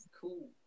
Cool